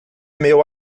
meu